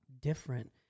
different